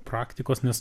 praktikos nes